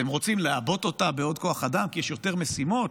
אתם רוצים לעבות אותה בעוד כוח אדם כי יש יותר משימות?